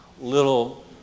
little